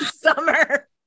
summer